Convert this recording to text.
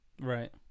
Right